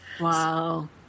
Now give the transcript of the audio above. Wow